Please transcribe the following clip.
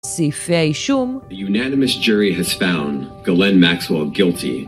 סעיפי האישום